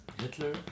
Hitler